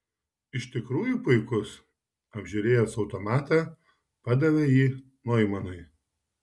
iš tikrųjų puikus apžiūrėjęs automatą padavė jį noimanui